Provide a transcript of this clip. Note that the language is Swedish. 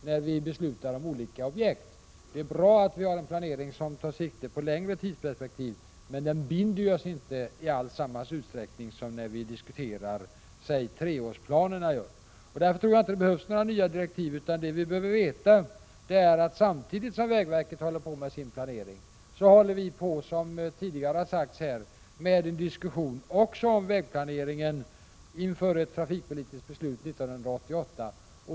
Det är naturligtvis bra att ha en planering som tar sikte på längre tidsperspektiv, men denna binder oss inte alls i samma utsträckning som när vi diskuterar t.ex. treårsplanerna. Jag tror alltså inte att det behövs några nya direktiv. Det vi behöver veta är att samtidigt som vägverket håller på med sin planering, för vi, som tidigare 57 har sagts, också en diskussion om vägplaneringen inför ett trafikpolitiskt beslut 1988.